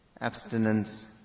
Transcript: abstinence